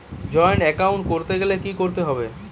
Joint account করতে গেলে কি করতে হবে?